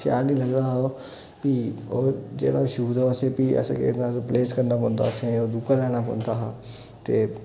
शैल निं लगदा हा ओह् भी ओह् जेह्ड़ा शूज हा भी उसी असें केह् करना ओह् रिप्लेस करना पौंदा हा असें ओह् दूआ लैना पौंदा हा ते